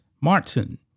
Martin